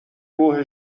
روح